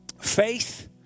Faith